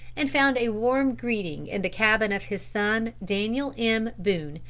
and found a warm greeting in the cabin of his son daniel m. boone,